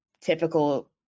typical